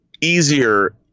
easier